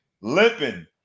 limping